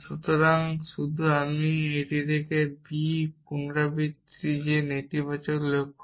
সুতরাং শুধু আমি একটি b থেকে পুনরাবৃত্তি এবং যে নেতিবাচক লক্ষ্য